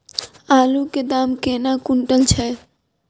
आलु केँ दाम केना कुनटल छैय?